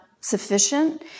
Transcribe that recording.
sufficient